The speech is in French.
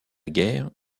guerre